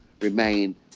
remain